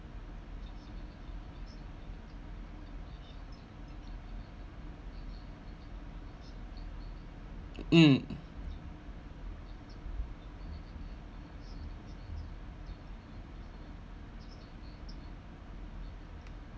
mm